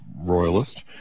Royalist